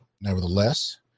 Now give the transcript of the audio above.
nevertheless